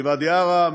מוואדי עארה,